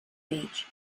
beach